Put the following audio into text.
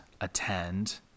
attend